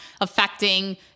affecting